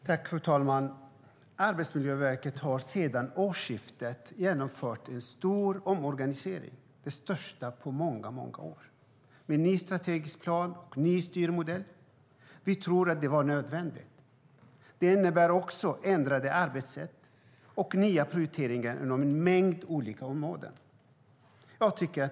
Fru talman! Arbetsmiljöverket har sedan årsskiftet genomfört en stor omorganisation - den största på många år - med en ny strategisk plan och en ny styrmodell. Vi tror att det var nödvändigt. Detta innebär ändrade arbetssätt och nya prioriteringar inom en mängd olika områden.